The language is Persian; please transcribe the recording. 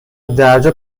درجا